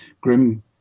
grim